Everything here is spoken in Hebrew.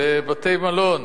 בבתי-מלון.